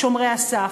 "שומרי הסף"